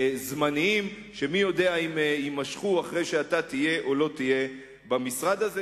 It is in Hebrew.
זמניים שמי יודע אם הם יימשכו אחרי שאתה תהיה או לא תהיה במשרד הזה.